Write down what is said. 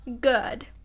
good